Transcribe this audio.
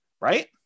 right